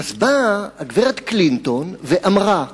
אז באה הגברת קלינטון ואמרה